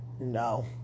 No